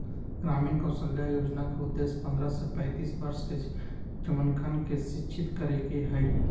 ग्रामीण कौशल्या योजना के उद्देश्य पन्द्रह से पैंतीस वर्ष के जमनकन के शिक्षित करे के हई